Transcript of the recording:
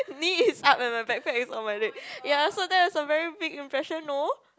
knee is up and my backpack is on my leg ya so that is a very big impression no